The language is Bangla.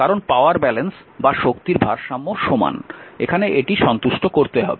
কারণ পাওয়ার ব্যালেন্স বা শক্তির ভারসাম্য সমান এখানে এটি সন্তুষ্ট করতে হবে